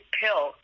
pill